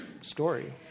story